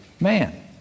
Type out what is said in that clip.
man